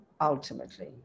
ultimately